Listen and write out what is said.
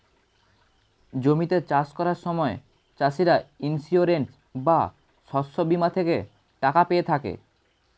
জমিতে চাষ করার সময় চাষিরা ইন্সিওরেন্স বা শস্য বীমা থেকে টাকা পেয়ে থাকে